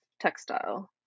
textile